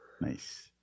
Nice